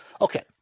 Okay